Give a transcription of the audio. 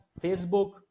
Facebook